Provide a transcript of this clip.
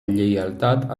lleialtat